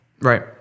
Right